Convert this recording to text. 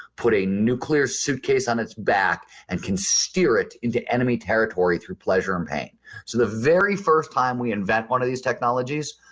put a nuclear suitcase on its back and can steer it into enemy territory through pleasure and pain so the very first time we invent one of these technologies,